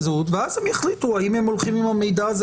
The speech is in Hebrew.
ואז הם יחליטו האם הם הולכים עם המידע הזה